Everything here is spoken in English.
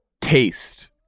taste